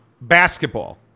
basketball